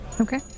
Okay